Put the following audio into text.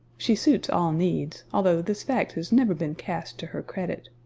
she suits all needs, although this fact has never been cast to her credit.